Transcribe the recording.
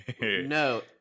No